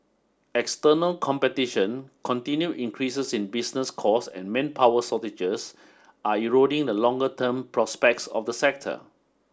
external competition continued increases in business cost and manpower shortages are eroding the longer term prospects of the sector